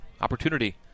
opportunity